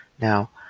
Now